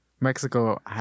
Mexico